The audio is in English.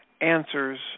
answers